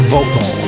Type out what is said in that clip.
Vocal